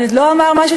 הוא לא אמר משהו,